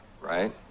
right